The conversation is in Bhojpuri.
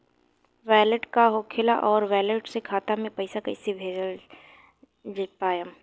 वैलेट का होखेला और वैलेट से खाता मे पईसा कइसे भेज पाएम?